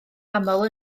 aml